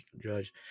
judge